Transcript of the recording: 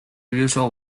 usual